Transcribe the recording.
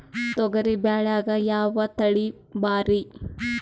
ತೊಗರಿ ಬ್ಯಾಳ್ಯಾಗ ಯಾವ ತಳಿ ಭಾರಿ?